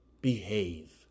behave